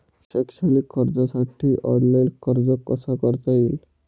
शैक्षणिक कर्जासाठी ऑनलाईन अर्ज कसा करता येईल?